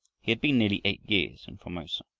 he had been nearly eight years in formosa.